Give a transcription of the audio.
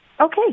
Okay